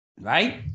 right